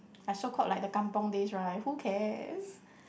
like so called like the kampung days right who cares